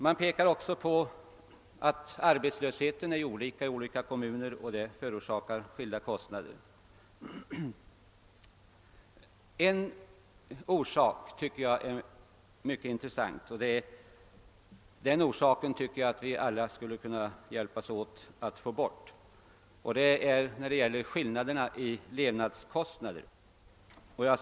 Man pekar också på att arbetslösheten är olika stor i olika kommuner och därför förorsakar skilda kostnader. Det finns en mycket intressant orsak, som jag tycker att vi alla skulle kunna hjälpas åt att få bort. Den har med skillnaderna i levnadskostnader att göra.